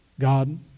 God